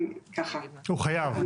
כדי להיכנס לישראל הוא חייב להיות